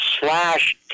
slash